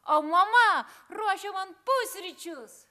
o mama ruošia man pusryčius